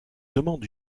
demande